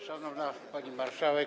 Szanowna Pani Marszałek!